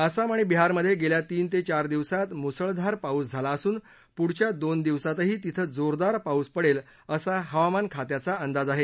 आसाम आणि बिहारमधे गेल्या तीन ते चार दिवसात मुसळधार पाऊस झाला असून पुढच्या दोन दिवसातही तिथे जोरदार पाऊस पडेल असा हवामान खात्याचा अंदाज आहे